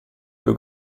più